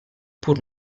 pur